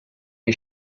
che